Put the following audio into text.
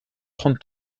trente